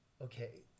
Okay